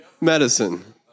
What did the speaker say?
medicine